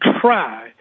try